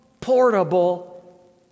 portable